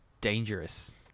dangerous